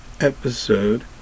episode